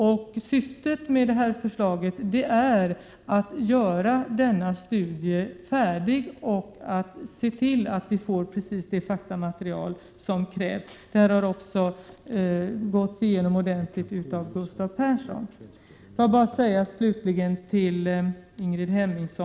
Denna studie föreslås att färdigställas, för att se till att vi får precis det faktamaterial som krävs. Detta har också noggrant redovisats av Gustav Persson.